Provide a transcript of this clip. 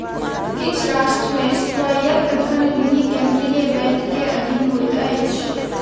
किछ राष्ट्र मे स्वायत्त धन निधि केंद्रीय बैंक के अधीन होइत अछि